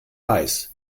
weiß